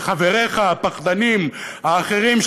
וחבריך הפחדנים האחרים,